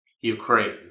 Ukraine